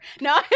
No